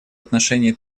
отношении